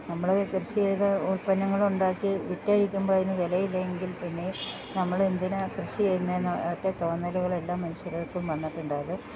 നമ്മൾ കൃഷി ചെയ്ത ഉൽപ്പന്നങ്ങൾ ഉണ്ടാക്കി വിറ്റഴിക്കുമ്പം അതിന് വിലയില്ല എങ്കിൽ പിന്നെ നമ്മൾ എന്തിനാ കൃഷി ചെയ്യുന്നത് എന്നാണ് ത്ത തോന്നലുകൾ എല്ലാം മനുഷ്യർക്കും വന്നിട്ടുണ്ടായത്